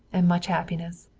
and much happiness.